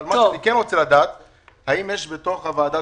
מה שאני כן רוצה לדעת זה האם בתוך ועדת